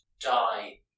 die